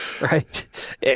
Right